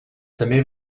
també